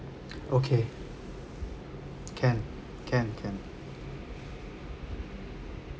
okay can can can